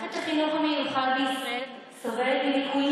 מערכת החינוך המיוחד בישראל סובלת מליקויים